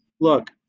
look